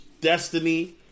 Destiny